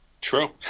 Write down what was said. True